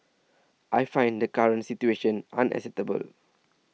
I find the current situation unacceptable